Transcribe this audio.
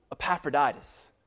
Epaphroditus